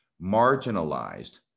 marginalized